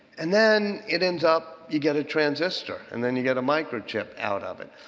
and then it ends up you get a transistor and then you get a microchip out of it.